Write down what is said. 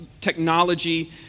Technology